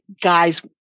guy's